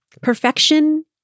Perfection